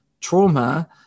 trauma